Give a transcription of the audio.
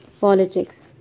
politics